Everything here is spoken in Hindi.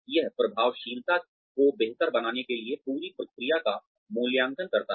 यह प्रभावशीलता को बेहतर बनाने के लिए पूरी प्रक्रिया का मूल्यांकन करता है